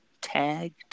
Tagged